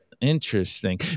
Interesting